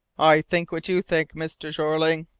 i think what you think, mr. jeorling,